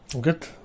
good